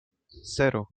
cero